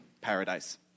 paradise